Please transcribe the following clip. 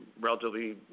relatively